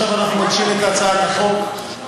עכשיו אנחנו מגישים את הצעת החוק,